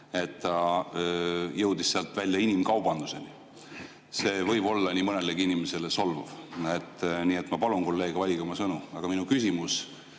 et ta jõudis sealt välja inimkaubanduseni. See võib olla nii mõnelegi inimesele solvav. Nii et ma palun kolleege: valige oma sõnu. Aga minu küsimus